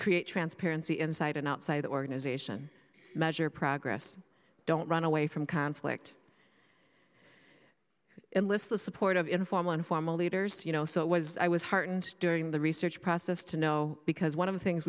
create transparency inside and outside the organization measure progress don't run away from conflict enlist the support of informal and formal leaders you know so was i was heartened during the research process to know because one of the things